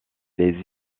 les